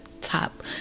top